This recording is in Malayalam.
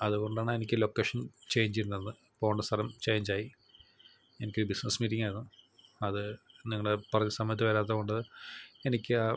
അതുകൊണ്ടാണ് എനിക്ക് ലൊക്കേഷൻ ചേഞ്ചെയ്യേണ്ടി വന്നത് പോകേണ്ട സ്ഥലം ചേഞ്ചായി എനിക്കൊരു ബിസിനസ് മീറ്റിങ്ങായിരുന്നു അത് നിങ്ങള് പറഞ്ഞ സമയത്ത് വരാത്തത് കൊണ്ട് എനിക്ക് ആ